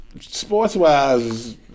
Sports-wise